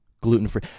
Gluten-free